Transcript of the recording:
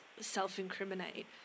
self-incriminate